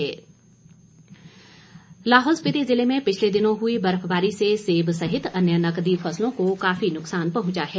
मांग लाहौल स्पीति जिले में पिछले दिनों हुई बर्फबारी से सेब सहित अन्य नकदी फसलों को काफी नुकसान पहुंचा है